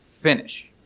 finish